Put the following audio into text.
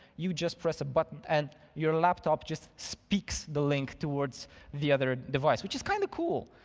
you just press a button and your laptop just speaks the link towards the other device, which is kind of cool.